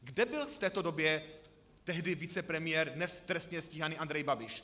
Kde byl v této době tehdy vicepremiér, dnes trestně stíhaný Andrej Babiš?